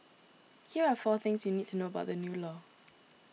here are four things you need to know about the new law